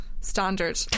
standard